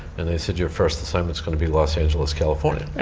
and they said your first assignment is going to be los angeles, california.